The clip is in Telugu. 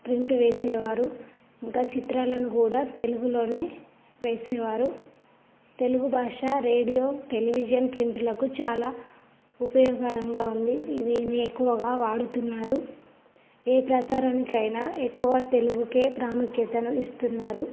ప్రింట్ వేసేవారు ఇంకా చిత్రాలను కూడా తెలుగులో వేసేవారు తెలుగు భాష రేడియో టెలివిజన్ ప్రింట్లకు చాలా ఉపయోగకరంగా ఉంది ఇది దీన్ని ఎక్కువగా వాడుతున్నారు ఏ ప్రసారానికైనా ఎక్కువ తెలుగుకు ఎక్కువ ప్రాముఖ్యతను ఇస్తున్నారు